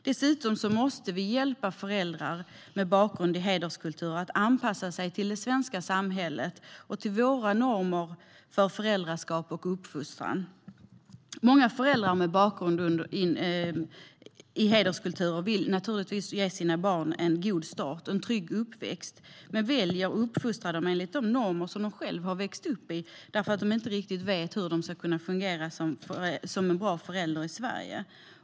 Dessutom måste vi hjälpa föräldrar med bakgrund i hederskulturer att anpassa sig till det svenska samhället och till våra normer för föräldraskap och uppfostran. Många föräldrar med bakgrund i hederskulturer vill givetvis ge sina barn en god start och en trygg uppväxt men väljer att uppfostra barnen i enlighet med de normer de själva växt upp med eftersom de inte vet hur de ska fungera som bra föräldrar i Sverige.